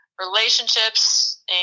relationships